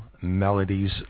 melodies